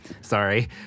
Sorry